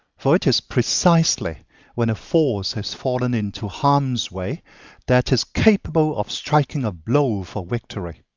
for it is precisely when a force has fallen into harm's way that is capable of striking a blow for victory.